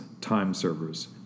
time-servers